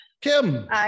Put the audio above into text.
Kim